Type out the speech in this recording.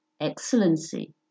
Excellency